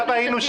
היו יותר.